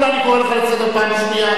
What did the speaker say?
אני קורא אותך לסדר פעם שנייה.